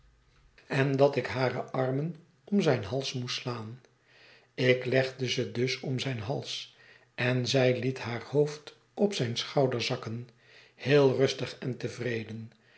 en dat ik hare armen om zijn hals moest slaan ik legde ze dus om zijn hals en zij liet haar hoofd op zijn schouder zakken heel rustig en tevreden